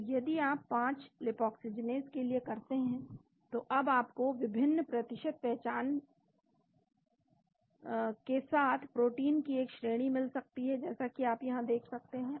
तो यदि आप 5 लीपाक्सीजीनेज़ के लिए करते हैं तो अब आपको विभिन्न प्रतिशत पहचान के साथ प्रोटीन की एक श्रेणी मिल सकती है जैसा कि आप यहां देख सकते हैं